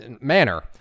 manner